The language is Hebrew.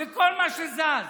בכל מה שזז,